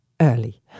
early